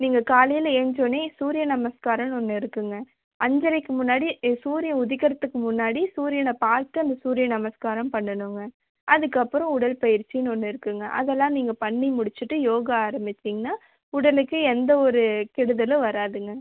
நீங்கள் காலையில ஏஞ்சோனே சூரிய நமஸ்காரன்னு ஒன்று இருக்குங்க அஞ்சரைக்கு முன்னாடி இ சூரிய உதிக்கறத்துக்கு முன்னாடி சூரியனை பார்த்து அந்த சூரிய நமஸ்காரம் பண்ணணுங்க அதற்கப்புறம் உடல்பயிற்சின்னு ஒன்று இருக்குங்க அதெல்லாம் நீங்கள் பண்ணி முடிச்சிவிட்டு யோகா ஆரமிச்சிங்கன்னா உடலுக்கு எந்த ஒரு கெடுதலும் வராதுங்க